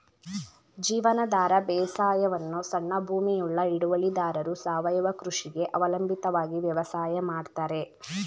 ಜೀವನಾಧಾರ ಬೇಸಾಯವನ್ನು ಸಣ್ಣ ಭೂಮಿಯುಳ್ಳ ಹಿಡುವಳಿದಾರರು ಸಾವಯವ ಕೃಷಿಗೆ ಅವಲಂಬಿತವಾಗಿ ವ್ಯವಸಾಯ ಮಾಡ್ತರೆ